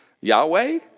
Yahweh